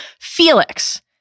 Felix